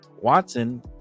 Watson